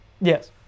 yes